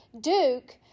Duke